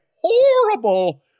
horrible